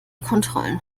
kontrollen